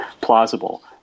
plausible